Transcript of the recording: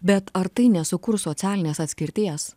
bet ar tai nesukurs socialinės atskirties